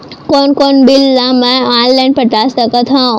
कोन कोन बिल ला मैं ऑनलाइन पटा सकत हव?